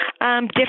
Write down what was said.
different